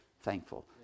thankful